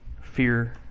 fear